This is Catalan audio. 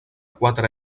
quatre